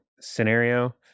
scenario